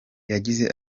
yagize